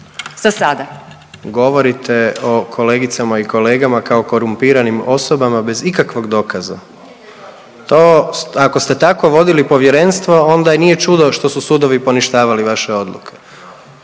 Za sada./… Govorite o kolegicama i kolegama kao korumpiranim osobama bez ikakvog dokaza. To, ako ste tako vodili povjerenstvo onda i nije čudo što su sudovi poništavali vaše odluke.